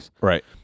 Right